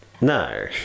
No